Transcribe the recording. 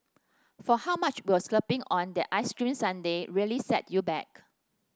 for how much will splurging on that ice cream sundae really set you back